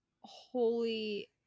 holy